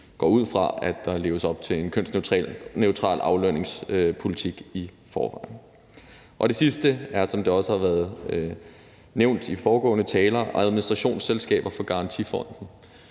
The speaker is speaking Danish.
går ud fra, at der leves op til en kønsneutral aflønningspolitik i forvejen. Det sidste, som det også er blevet nævnt af foregående talere, er administrationsselskaber for Garantifonden.